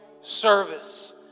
service